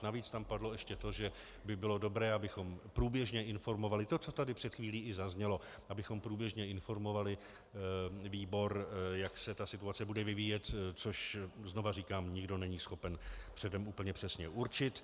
Navíc tam padlo ještě to, že by bylo dobré, abychom průběžně informovali to, co tady i před chvílí zaznělo abychom průběžně informovali výbor, jak se ta situace bude vyvíjet, což jak říkám, nikdo není schopen předem úplně přesně určit.